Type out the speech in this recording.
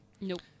Nope